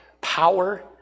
power